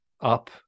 up